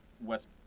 West